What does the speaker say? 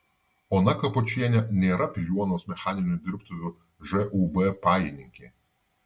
ona kapočienė nėra piliuonos mechaninių dirbtuvių žūb pajininkė